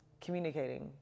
communicating